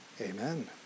Amen